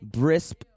brisk